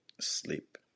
Sleep